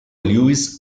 lewis